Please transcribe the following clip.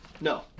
No